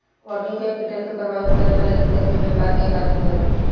working capital के प्रभावित करे वाला दिकत में व्यापार के आकर भी होला